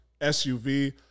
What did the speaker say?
SUV